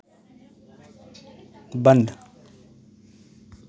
बंद